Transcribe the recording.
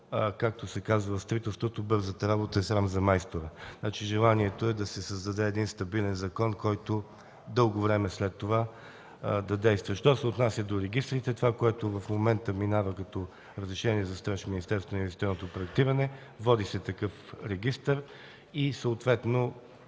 както се казва в строителството, „бързата работа е срам за майстора”. Желанието е да се създаде стабилен закон, който да действа дълго време след това. Що се отнася до регистрите, това, което в момента минава като разрешение за строеж в Министерството на инвестиционното проектиране, се води в такъв регистър и когато